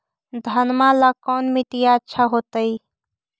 घनमा ला कौन मिट्टियां अच्छा होतई?